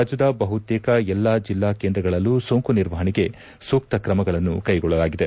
ರಾಜ್ಯದ ಬಹುತೇಕ ಎಲ್ಲಾ ಜಿಲ್ಲಾ ಕೇಂದ್ರಗಳಲ್ಲೂ ಸೋಂಕು ನಿರ್ವಹಣೆಗೆ ಸೂಕ್ತ ಕ್ರಮಗಳನ್ನು ಕೈಗೊಳ್ಳಲಾಗಿದೆ